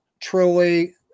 truly